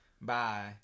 Bye